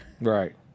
Right